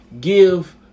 give